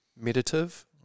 meditative